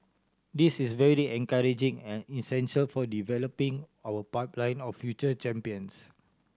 this is very encouraging and essential for developing our pipeline of future champions